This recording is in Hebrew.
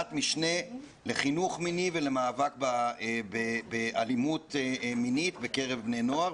ועדת משנה לחינוך מיני ולמאבק באלימות מינית בקרב בני נוער,